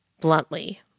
bluntly